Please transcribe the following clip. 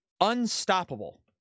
unstoppable